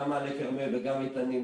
גם מעלה כרמל וגם איתנים,